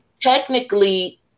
technically